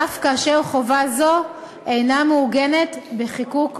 אף כאשר חובה זו אינה מעוגנת בחיקוק מסוים.